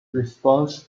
responds